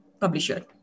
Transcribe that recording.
publisher